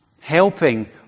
Helping